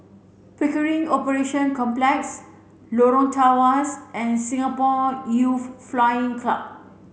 Pickering Operation Complex Lorong Tawas and Singapore Youth Flying Club